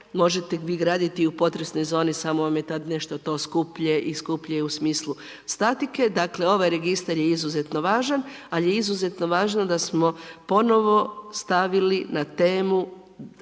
Možete vi graditi u potresnoj zoni, samo vam je tada nešto skuplje i skuplje je u smislu statike, dakle, ovaj registar je izuzetno važan, ali je izuzetno važno, da smo ponovno stavili na temu,